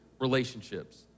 relationships